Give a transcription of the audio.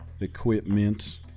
equipment